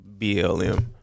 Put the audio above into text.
BLM